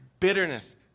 Bitterness